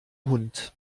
hund